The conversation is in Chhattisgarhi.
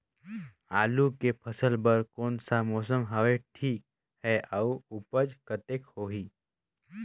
आलू के फसल बर कोन सा मौसम हवे ठीक हे अउर ऊपज कतेक होही?